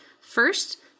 First